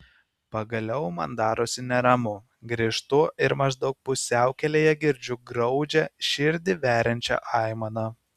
pagaliau man darosi neramu grįžtu ir maždaug pusiaukelėje girdžiu graudžią širdį veriančią aimaną